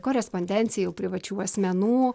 korespondencijų privačių asmenų